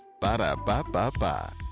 Ba-da-ba-ba-ba